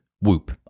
Whoop